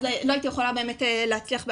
אז לא הייתי יכולה באמת להצליח בהכל.